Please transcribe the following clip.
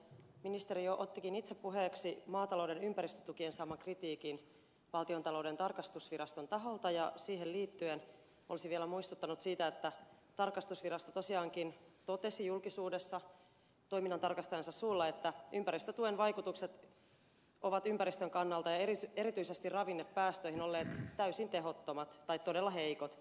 ministeri jo ottikin itse puheeksi maatalouden ympäristötukien saaman kritiikin valtiontalouden tarkastusviraston taholta ja siihen liittyen olisin vielä muistuttanut siitä että tarkastusvirasto tosiaankin totesi julkisuudessa toiminnantarkastajansa suulla että ympäristötuen vaikutukset ovat ympäristön kannalta ja erityisesti ravinnepäästöihin olleet täysin tehottomat tai todella heikot